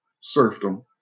serfdom